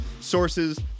sources